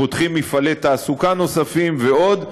פותחים מפעלי תעסוקה נוספים ועוד.